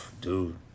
Dude